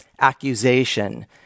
accusation